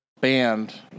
band